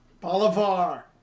bolivar